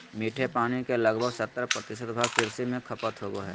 मीठे पानी के लगभग सत्तर प्रतिशत भाग कृषि में खपत होबो हइ